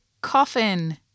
coffin